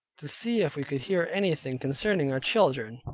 to see if we could hear anything concerning our children.